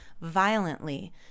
violently